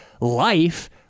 life